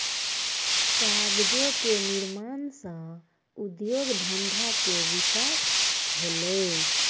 कागजो क निर्माण सँ उद्योग धंधा के विकास होलय